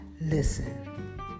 listen